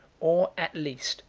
or, at least,